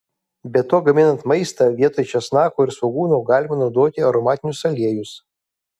be to gaminant maistą vietoj česnako ir svogūno galima naudoti aromatinius aliejus